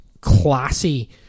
classy